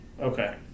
Okay